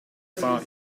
far